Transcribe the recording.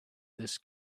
this